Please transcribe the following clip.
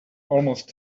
almost